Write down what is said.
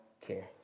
care